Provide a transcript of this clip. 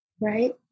right